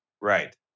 Right